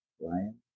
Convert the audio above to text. Ryan